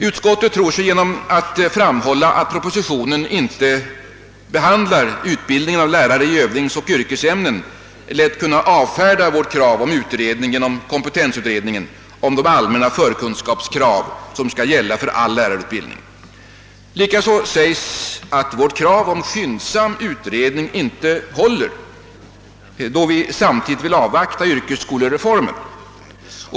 Utskottet tror sig genom att framhålla att propositionen inte behandlar utbildningen av lärare i övningsoch yrkesämnen lätt kunna avfärda vårt krav på att kompetensutredningen skulle utreda frågan om de allmänna förkunskapskrav som skall gälla för all lärarutbildning. Likaså sägs att vårt krav på skyndsam utredning inte håller, då vi samtidigt vill avvakta yrkesskolereformen.